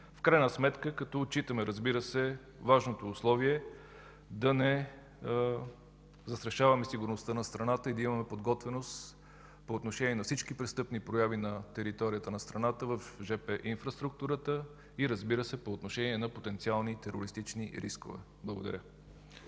В крайна сметка като отчитаме, разбира се, важното условие да не застрашаваме сигурността на страната и да имаме подготвеност по отношение на всички престъпни прояви на територията на страната в жп инфраструктурата и, разбира се, по отношение на потенциални терористични рискове. Благодаря.